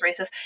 racist